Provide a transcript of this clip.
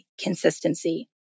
consistency